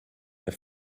der